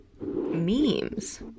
memes